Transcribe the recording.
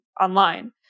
online